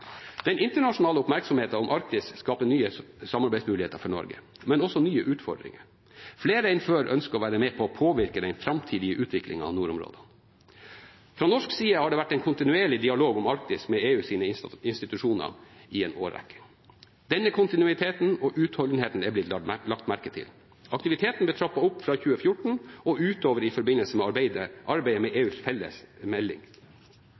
Den internasjonale oppmerksomheten om Arktis skaper nye samarbeidsmuligheter for Norge, men også nye utfordringer. Flere enn før ønsker å være med å påvirke den framtidige utviklingen av nordområdene. Fra norsk side har det vært en kontinuerlig dialog om Arktis med EUs institusjoner i en årrekke. Denne kontinuiteten og utholdenheten er blitt lagt merke til. Aktiviteten ble trappet opp fra 2014 og utover i forbindelse med arbeidet med EUs felles melding.